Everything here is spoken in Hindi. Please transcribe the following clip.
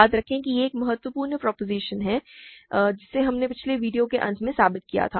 याद रखें कि यह एक महत्वपूर्ण प्रोपोज़िशन है जिसे हमने पिछले वीडियो के अंत में साबित किया था